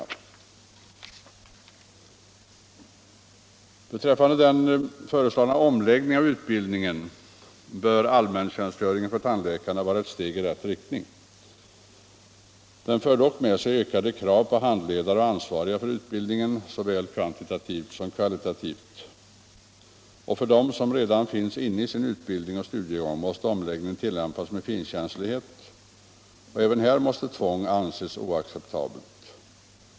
När det gäller den föreslagna omläggningen av utbildningen bör allmäntjänstgöringen för tandläkarna vara ett steg i rätt riktning. Den för dock med sig ökade krav på handledare och ansvariga för utbildningen såväl kvantitativt som kvalitativt. För dem som redan är inne i sin utbildning och studiegång måste omläggningen tillämpas med finkänslighet. Även här måste tvång anses oacceptabelt.